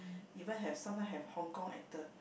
even have someone have Hong Kong actor